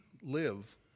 live